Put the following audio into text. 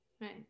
Right